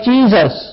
Jesus